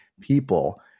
people